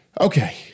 okay